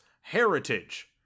heritage